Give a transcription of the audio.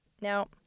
Now